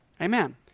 Amen